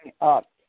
up